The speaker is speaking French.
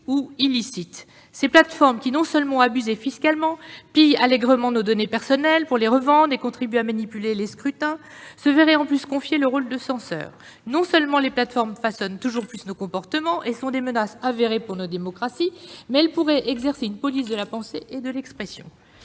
ou illicite. Ces plateformes qui nous abusent fiscalement, pillent allègrement nos données personnelles pour les revendre et contribuent à manipuler les scrutins se verraient confier un rôle de censeur ... Non seulement elles façonnent toujours plus nos comportements et sont des menaces avérées pour nos démocraties, mais elles pourraient en plus exercer une police de la pensée et de l'expression